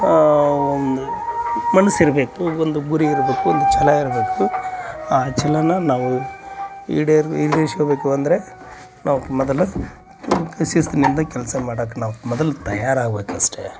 ಒಂದು ಮನಸಿರಬೇಕು ಒಂದು ಗುರಿ ಇರಬೇಕು ಒಂದು ಛಲ ಇರಬೇಕು ಆ ಛಲನ ನಾವು ಈಡೇರ್ ಈಡೇರಿಸ್ಕೋ ಬೇಕು ಅಂದರೆ ನಾವು ಮೊದಲು ಕೃಷಿ ಸಂಬಂಧ ಕೆಲಸ ಮಾಡಾಕ್ಕೆ ನಾವು ಮೊದಲು ತಯಾರಾಗ್ಬೇಕು ಅಷ್ಟೇ